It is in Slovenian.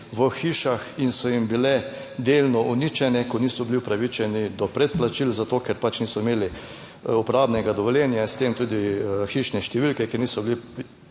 v hišah in so jim bile delno uničene, ko niso bili upravičeni do predplačil, zato ker pač niso imeli uporabnega dovoljenja in s tem tudi hišne številke, ki niso bili